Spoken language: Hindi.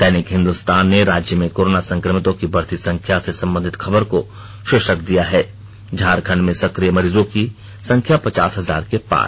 दैनिक हिन्दुस्तान ने राज्य में कोरोना संक्रमितों की बढ़ती संख्या से संबधित खबर को शीर्षक दिया है झारखंड में संक्रिय मरीजों की संख्या पचास हजार के पार